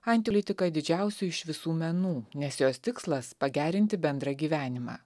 antelitika didžiausia iš visų menų nes jos tikslas pagerinti bendrą gyvenimą